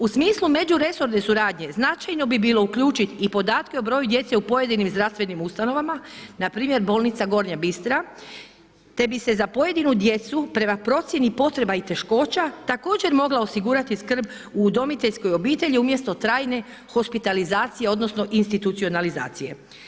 U smislu međuresorne suradnje, značajno bi bilo uključiti i podatke o broju djece u pojedinim zdravstvenim ustanovama npr. Bolnica Gornja Bistra te bi se za pojedinu djecu prema procjeni potreba i teškoća također mogla osigurati skrb u udomiteljskoj obitelji umjesto trajne hospitalizacije odnosno institucionalizacije.